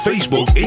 Facebook